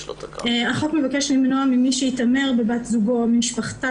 החוק מבקש למנוע ממי שהתעמר בבת זוגו או במשפחתה